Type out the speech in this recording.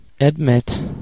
admit